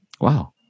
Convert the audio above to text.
Wow